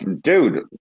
dude